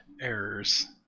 errors